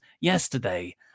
yesterday